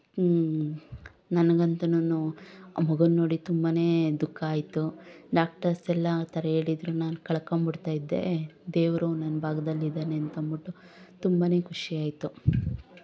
ನನ್ಗಂತೂನು ಮಗುನ್ನ ನೋಡಿ ತುಂಬಾನೇ ದುಃಖ ಆಯ್ತು ಡಾಕ್ಟರ್ಸ್ ಎಲ್ಲ ಆ ಥರ ಹೇಳಿದ್ರು ನಾನು ಕಳ್ಕೊಂಡು ಬಿಡ್ತಾ ಇದ್ದೆ ದೇವರು ನನ್ನ ಭಾಗದಲ್ಲಿ ಇದ್ದಾನೆ ಅಂತ ಅಂದ್ಬಿಟ್ಟು ತುಂಬಾನೇ ಖುಷಿ ಆಯ್ತು